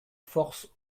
force